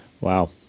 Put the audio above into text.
Wow